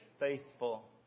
Faithful